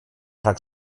rhag